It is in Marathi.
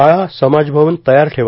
शाळा समाजभवन तयार ठेवा